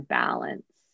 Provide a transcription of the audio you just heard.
balance